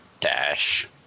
dash